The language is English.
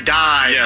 die